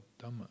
Dhamma